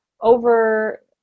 over